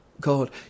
God